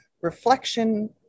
reflection